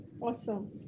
Awesome